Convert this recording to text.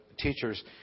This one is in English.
teachers